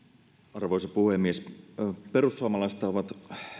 arvoisa puhemies perussuomalaisethan ovat